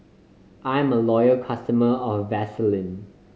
I'm a loyal customer of Vaselin